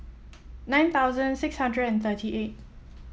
nine thousand six hundred and thirty eight